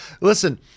listen